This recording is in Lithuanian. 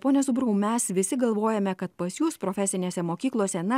pone zubrau mes visi galvojame kad pas jus profesinėse mokyklose na